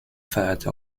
feierte